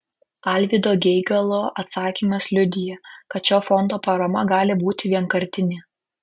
alvydo geigalo atsakymas liudija kad šio fondo parama gali būti vienkartinė